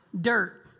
Dirt